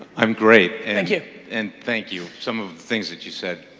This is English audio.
i'm great and thank you. and thank you. some of the things that you said,